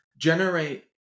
generate